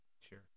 Sure